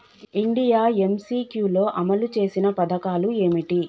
India MCQ లో అమలు చేసిన పథకాలు ఏమిటి?